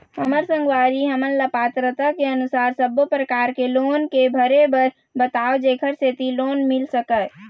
हमर संगवारी हमन ला पात्रता के अनुसार सब्बो प्रकार के लोन के भरे बर बताव जेकर सेंथी लोन मिल सकाए?